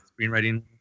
screenwriting